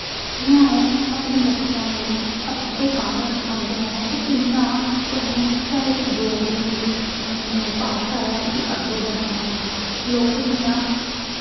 जि'यां ओह् अपने बच्चें अग्गें अग्गें कम्म सखांदे ऐं कि कि'यां तुसें साढ़ी इस डोगरी जेह्ड़ी भाशा ऐ उसी अग्गें बधाना ऐ लोग जि'यां